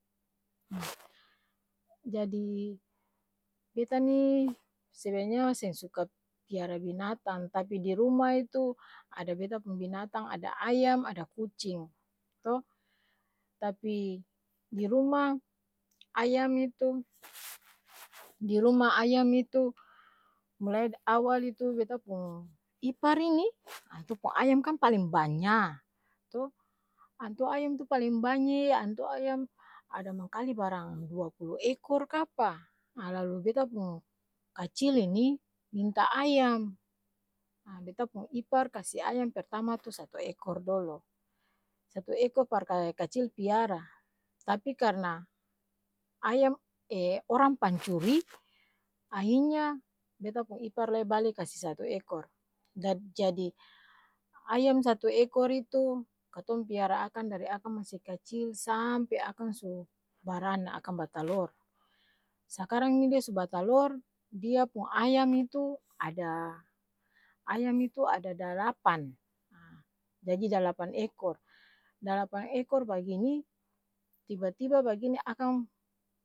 jadi beta ni, sebenarnya seng suka piara binatang, tapi di ruma itu ada beta pung binatang ada ayam, ada kucing to, tapi, di ruma, ayam itu di ruma, ayam itu mulai dar awal itu beta pung ipar ini antua pung ayam kan paleng banyaa to, antua ayam tu paleng banya'ee antua ayam, ada mangkali barang dua pulu ekor kapa, ha lalu beta pung, kacil ini, minta ayam, ha beta pung ipar kasi ayam pertama tu satu ekor dolo, satu ekor par ka e kacil piara, tapi karna, ayam orang pancuri, ahi' nya beta pung ipar lai bale kasi satu ekor, dat jadi ayam satu ekor itu katong piara akang dari akang masi kacil, sampe akang su barana akang batalor sakarang ni dia su batalor, dia pung ayam itu ada ayam itu ada dalapan ha, jadi dalapan ekor, dalapan ekor bagini, tiba-tiba bagini akang.